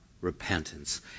repentance